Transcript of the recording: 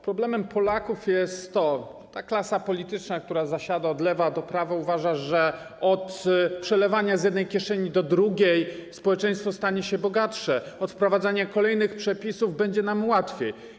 Problemem Polaków jest ta klasa polityczna, która zasiada od lewa do prawa i uważa że od przelewania z jednej kieszeni do drugiej społeczeństwo stanie się bogatsze, od wprowadzania kolejnych przepisów będzie nam łatwiej.